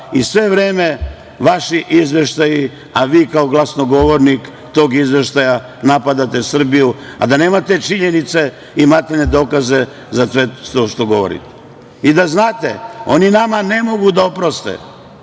i sve vreme vaši izveštaji, a vi kao glasnogovornik tog izveštaja napadate Srbiju, a da nemate činjenice i materijalne dokaze za sve to što govorite. Da znate, oni nama ne mogu da oproste